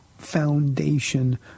foundation